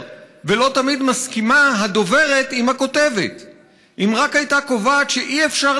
/ ולא תמיד מסכימה הדוברת עם הכותבת / אם רק הייתה קובעת שאי-אפשר